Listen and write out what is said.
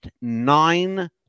nine